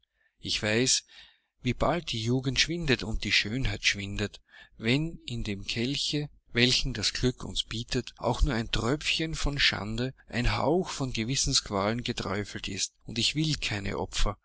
ich weiß wie bald die jugend schwindet und die schönheit schwindet wenn in dem kelche welchen das glück uns bietet auch nur ein tröpfchen von schande ein hauch von gewissensqualen geträufelt ist und ich will keine